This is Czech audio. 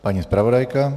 Paní zpravodajka.